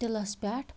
تِلَس پٮ۪ٹھ